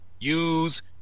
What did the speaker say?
use